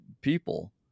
people